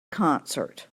concert